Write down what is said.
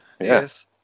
Yes